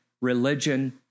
religion